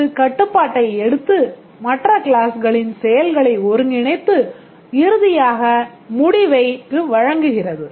இது கட்டுப்பாட்டை எடுத்து மற்ற க்ளாஸ்களின் செயல்களை ஒருங்கிணைத்து இறுதியாக முடிவை பயனருக்கு வழங்குகிறது